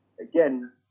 Again